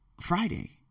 Friday